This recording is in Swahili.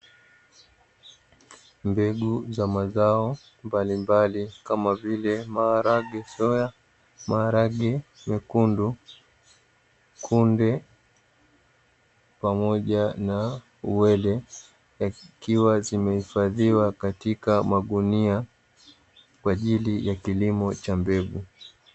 Mbegu za mazao mbalimbali kama vile; maharage, soya, maharage mekundu, kunde pamoja na Uwele yakiwa zimehifadhiwa katika magunia kwa ajili ya kilimo cha mbegu.